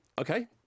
okay